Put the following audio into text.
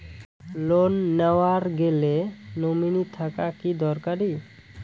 Loan নেওয়ার গেলে nominee থাকা কি দরকারী?